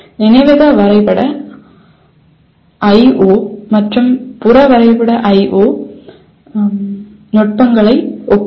நினைவக வரைபட I O மற்றும் புற வரைபட I O நுட்பங்களை ஒப்பிடுக